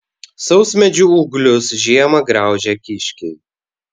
sausmedžių ūglius žiemą graužia kiškiai